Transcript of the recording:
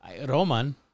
Roman